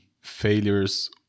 failures